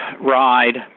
ride